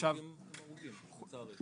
חושב --- לא, אבל הרוגים הם הרוגים, לצערי.